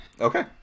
Okay